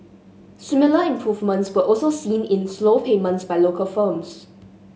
similar improvements were also seen in slow payments by local firms